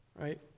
Right